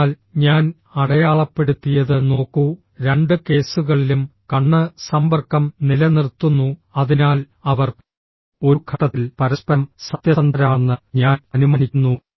അതിനാൽ ഞാൻ അടയാളപ്പെടുത്തിയത് നോക്കൂ രണ്ട് കേസുകളിലും കണ്ണ് സമ്പർക്കം നിലനിർത്തുന്നു അതിനാൽ അവർ ഒരു ഘട്ടത്തിൽ പരസ്പരം സത്യസന്ധരാണെന്ന് ഞാൻ അനുമാനിക്കുന്നു